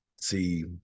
See